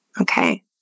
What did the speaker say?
Okay